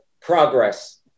progress